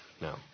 No